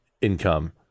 Income